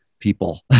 People